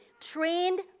trained